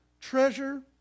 treasure